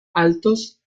altos